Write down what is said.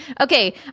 Okay